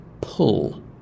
pull